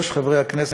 חברי הכנסת,